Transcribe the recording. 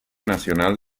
nacional